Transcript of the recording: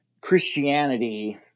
Christianity